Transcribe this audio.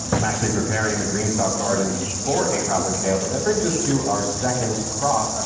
i'm actually preparing the greenstalk garden for a crop of kale, but that brings us to our second crop.